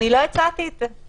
אני לא הצעתי את זה.